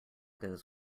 goes